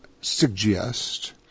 suggest